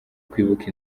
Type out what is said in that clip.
kwibuka